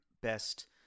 best